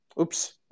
Oops